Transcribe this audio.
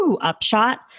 upshot